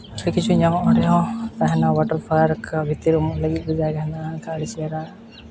ᱟᱹᱰᱤ ᱠᱤᱪᱷᱩ ᱧᱟᱢᱚᱜ ᱨᱮᱦᱚᱸ ᱚᱱᱟ ᱚᱣᱟᱴᱟᱨ ᱯᱟᱨᱠ ᱵᱷᱤᱛᱤᱨ ᱨᱮ ᱦᱚᱸ ᱫᱩᱲᱩᱵ ᱡᱟᱭᱜᱟ ᱢᱮᱱᱟᱜᱼᱟ ᱟᱹᱰᱤ ᱪᱮᱦᱨᱟ